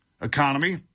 economy